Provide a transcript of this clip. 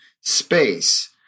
space